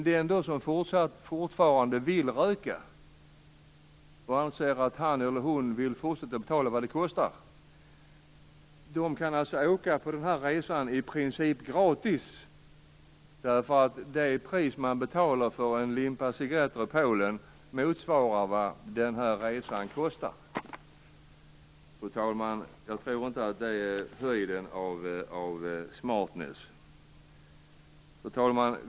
Den som fortfarande vill röka och som vill fortsätta att betala vad det kostar, kan åka på den här resan i princip gratis. Det pris man betalar för en limpa cigaretter i Polen motsvarar vad den här resan kostar. Jag tror inte, fru talman, att det är höjden av smartness. Fru talman!